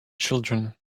children